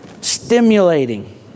stimulating